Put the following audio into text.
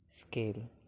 scale